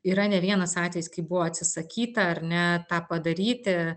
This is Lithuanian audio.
yra ne vienas atvejis kai buvo atsisakyta ar ne tą padaryti